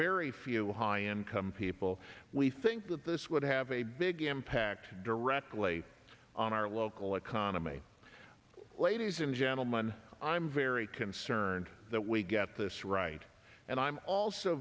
very few high income people we think that this would have a big impact directly on our local economy ladies and gentleman i'm very concerned that we get this right and i'm also